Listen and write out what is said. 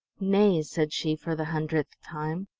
nay, said she, for the hundredth time.